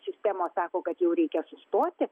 sistemos sako kad jau reikia sustoti